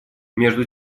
между